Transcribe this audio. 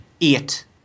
Eight